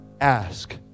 Ask